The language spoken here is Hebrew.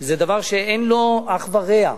זה דבר שאין לו אח ורע,